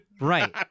right